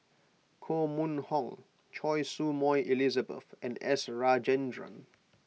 Koh Mun Hong Choy Su Moi Elizabeth and S Rajendran